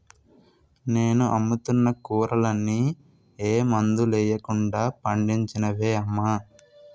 నేను అమ్ముతున్న కూరలన్నీ ఏ మందులెయ్యకుండా పండించినవే అమ్మా